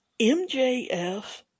MJF